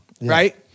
right